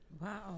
Wow